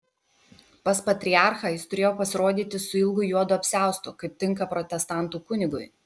pas patriarchą jis turėjo pasirodyti su ilgu juodu apsiaustu kaip tinka protestantų kunigui